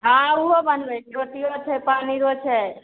हँ ओहो बनबैत छियै रोटियो छै पनीरो छै